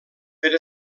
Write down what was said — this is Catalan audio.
per